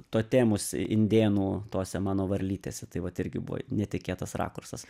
totemus indėnų tose mano varlytėse tai vat irgi buvo netikėtas rakursas